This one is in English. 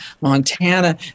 Montana